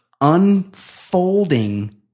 unfolding